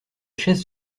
chaises